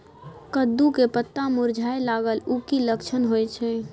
कद्दू के पत्ता मुरझाय लागल उ कि लक्षण होय छै?